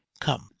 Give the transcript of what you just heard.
Come